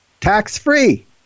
tax-free